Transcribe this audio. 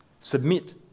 Submit